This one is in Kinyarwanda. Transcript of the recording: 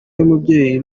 y’umubyeyi